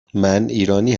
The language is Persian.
ایرانی